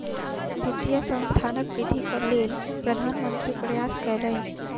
वित्तीय संस्थानक वृद्धिक लेल प्रधान मंत्री प्रयास कयलैन